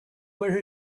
where